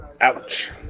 Ouch